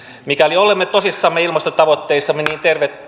mikäli olemme tosissamme ilmastotavoitteissamme niin